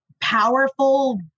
powerful